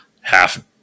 half